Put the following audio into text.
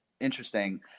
Interesting